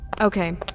Okay